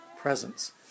presence